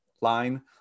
line